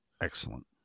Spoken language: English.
Excellent